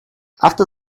after